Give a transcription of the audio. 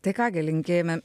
tai ką gi linkėjome